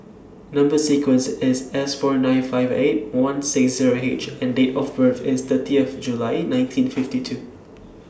Number sequence IS S four nine five eight one six Zero H and Date of birth IS thirtieth July nineteen fifty two